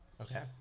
Okay